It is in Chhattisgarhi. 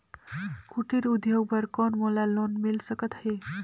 कुटीर उद्योग बर कौन मोला लोन मिल सकत हे?